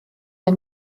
der